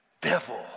devil